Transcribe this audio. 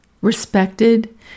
respected